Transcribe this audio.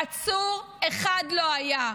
עצור אחד לא היה.